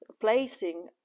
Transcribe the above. placing